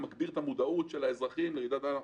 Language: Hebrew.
שמגביר את המודעות של האזרחים לרעידת אדמה.